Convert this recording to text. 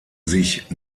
sich